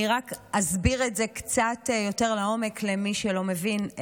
אני רק אסביר את זה קצת יותר לעומק למי שלא מבין.